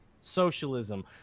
socialism